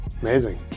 Amazing